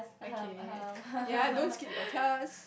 okay ya don't skip your class